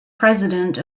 president